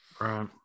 Right